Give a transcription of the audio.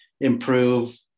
improve